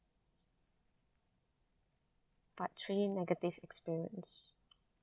part three negative experience